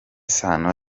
sano